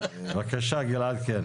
בבקשה גלעד, כן.